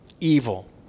evil